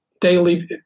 daily